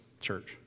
church